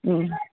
હમ